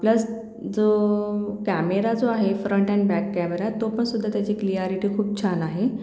plus जो camera जो आहे फ्रंट अँड बॅक कॅमेरा तो पण सुद्धा त्याची क्लिअॅरिटी खूप छान आहे